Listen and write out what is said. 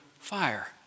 fire